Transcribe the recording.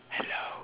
hello